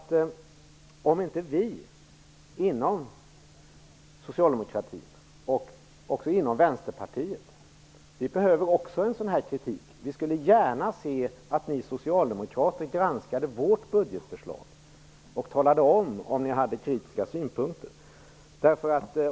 Vi i Vänsterpartiet behöver också kritik. Vi skulle gärna se att ni socialdemokrater granskade vårt budgetförslag och att ni talade om huruvida ni hade kritiska synpunkter.